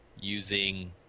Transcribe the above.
using